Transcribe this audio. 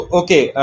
okay